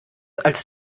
als